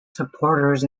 supporters